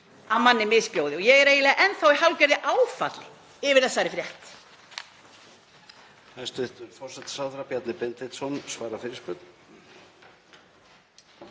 að manni misbjóði? Ég er eiginlega enn þá í hálfgerðu áfalli yfir þessari frétt.